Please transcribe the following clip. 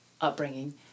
upbringing